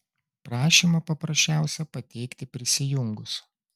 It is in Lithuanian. prašymą paprasčiausia pateikti prisijungus